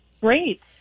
Great